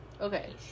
okay